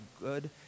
good